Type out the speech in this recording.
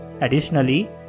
Additionally